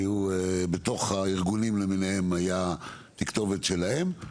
בתוך הארגונים למיניהם היתה תכתובת שלהם.